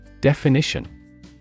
Definition